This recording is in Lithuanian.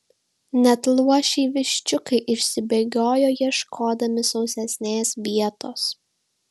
net luošiai viščiukai išsibėgiojo ieškodami sausesnės vietos